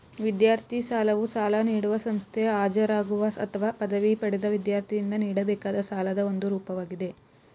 ವಿದ್ಯಾರ್ಥಿ ಸಾಲವು ಸಾಲ ನೀಡುವ ಸಂಸ್ಥೆ ಹಾಜರಾಗುವ ಅಥವಾ ಪದವಿ ಪಡೆದ ವಿದ್ಯಾರ್ಥಿಯಿಂದ ನೀಡಬೇಕಾದ ಸಾಲದ ಒಂದು ರೂಪವಾಗಿದೆ